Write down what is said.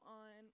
on